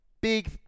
big